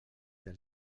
del